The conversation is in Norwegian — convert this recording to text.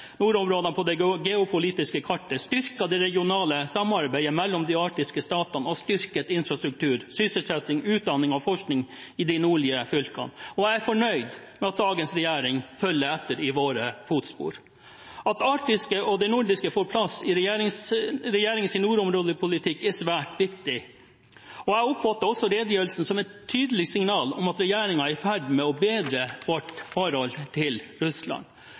nordområdene på det geopolitiske kartet, styrket det regionale samarbeidet mellom de arktiske statene og styrket infrastruktur, sysselsetting, utdanning og forskning i de nordlige fylkene. Jeg er fornøyd med at dagens regjering følger etter i våre fotspor. At det arktiske og nordiske får plass i regjeringens nordområdepolitikk, er svært viktig. Jeg oppfatter også redegjørelsen som et tydelig signal om at regjeringen er i ferd med å bedre vårt forhold til Russland.